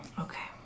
Okay